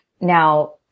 Now